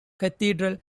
cathedral